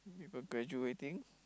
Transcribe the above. people graduating